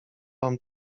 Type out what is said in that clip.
wam